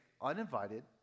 uninvited